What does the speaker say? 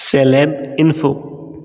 celeb info